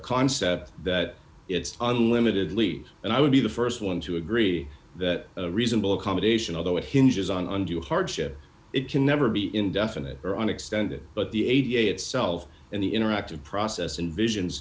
concept that it's unlimited leave and i would be the st one to agree that reasonable accommodation although it hinges on undue hardship it can never be indefinite or on extended but the eighty itself and the interactive process and visions